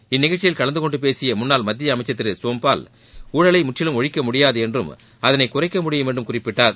இந்நிகழ்ச்சியில் கலந்து கொண்டு பேசிய முன்னாள் மத்திய அமைச்சர் திரு சோம்பால் ஊழலை முற்றிலும் ஒழிக்க முடியாது என்றும் அதனை குறைக்க முடியும் என்றும் குறிப்பிட்டார்